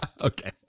okay